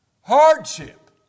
hardship